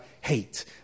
hate